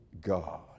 God